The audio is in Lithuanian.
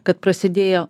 kad prasidėjo